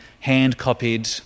hand-copied